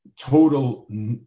total